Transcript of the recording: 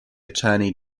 attorney